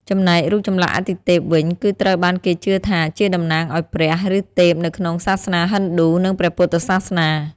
ចំណែក រូបចម្លាក់អាទិទេព វិញ គឺត្រូវបានគេជឿថាជាតំណាងឱ្យព្រះ ឬទេពនៅក្នុងសាសនាហិណ្ឌូ និងព្រះពុទ្ធសាសនា។